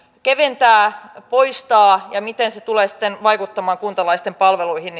keventää poistaa ja miten se tulee sitten vaikuttamaan kuntalaisten palveluihin